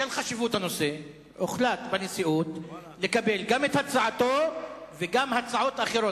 בשל חשיבות הנושא הוחלט בנשיאות לקבל גם את הצעתו וגם הצעות אחרות.